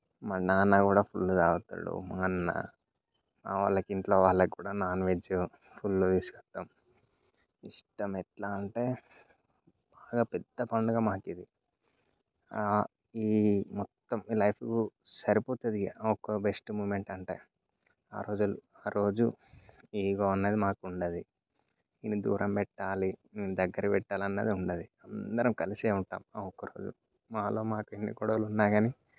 మా నాన్న కూడా ఫుల్లు తాగుతాడు మా అన్న మా వాళ్ళకి ఇంట్లో వాళ్ళకు కూడా నాన్ వెజ్ ఫుల్లుగా యూస్ చేస్తాం ఇష్టం ఎట్లా అంటే బాగా పెద్ద పండుగ మాకిది ఈ మొత్తం ఈ లైఫ్ సరిపోతుంది ఇంకా బెస్ట్ ఒక్క మూమెంట్ అంటే ఆరోజు ఆ రోజు ఈగో అనేది మాకు ఉండదు వీడిని దూరం పెట్టాలి వీడిని దగ్గర పెట్టాలన్నది ఉండదు అందరం కలిసే ఉంటాం ఆ ఒక్కరోజు మాలో మాకు ఎన్ని గొడవలున్నా గానీ